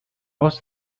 most